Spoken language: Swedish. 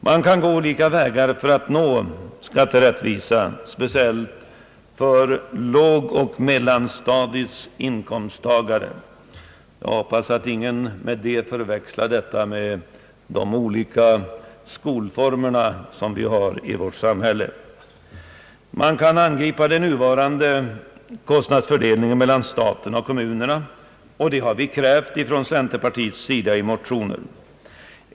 Man kan gå olika vägar för att nå skatterättvisa, speciellt för lågoch mellanstadiets inkomsttagare — jag hoppas att ingen förväxlar dessa begrepp med de olika skolformerna i vårt samhälle! Man. kan angripa den nuvarande = kostnadsfördelningen mellan staten och kommunerna, och det har vi krävt i motioner från centerpartiet.